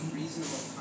reasonable